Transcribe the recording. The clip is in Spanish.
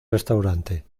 restaurante